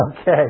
okay